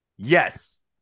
yes